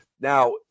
Now